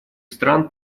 стран